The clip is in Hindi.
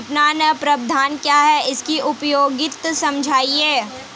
विपणन प्रबंधन क्या है इसकी उपयोगिता समझाइए?